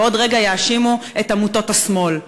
ועוד רגע יאשימו את עמותות השמאל,